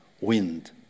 Wind